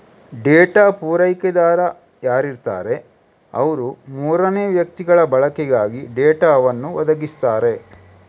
data ಪೂರೈಕೆದಾರ ಯಾರಿರ್ತಾರೆ ಅವ್ರು ಮೂರನೇ ವ್ಯಕ್ತಿಗಳ ಬಳಕೆಗಾಗಿ ಡೇಟಾವನ್ನು ಒದಗಿಸ್ತಾರೆ